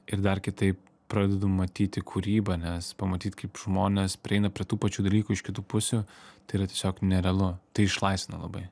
ir dar kitaip pradedu matyti kūrybą nes pamatyt kaip žmonės prieina prie tų pačių dalykų iš kitų pusių tai yra tiesiog nerealu tai išlaisvina labai